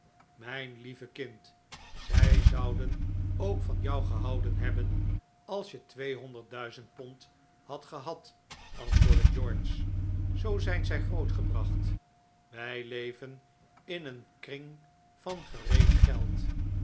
mijn lieve kind zij zouden ook van jou gehouden hebben als je tweehonderd duizend pond had gehad antwoordde george zoo zijn zij grootgebracht wij leven in een kring van gereed geld